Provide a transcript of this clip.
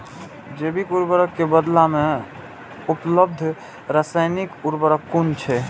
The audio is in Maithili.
जैविक उर्वरक के बदला में उपलब्ध रासायानिक उर्वरक कुन छै?